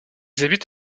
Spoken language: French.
habitent